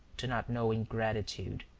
do not know ingratitude.